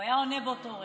הוא היה עונה באותו רגע.